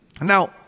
Now